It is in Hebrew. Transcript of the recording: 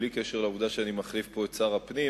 בלי קשר לעובדה שאני מחליף את שר הפנים,